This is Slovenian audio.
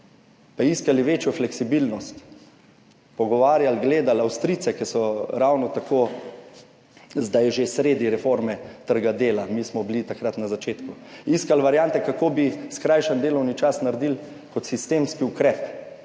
pa iskali večjo fleksibilnost, pogovarjali, gledali Avstrijce, ki so ravno tako zdaj že sredi reforme trga dela, mi smo bili takrat na začetku. Iskali variante, kako bi skrajšan delovni čas naredili kot sistemski ukrep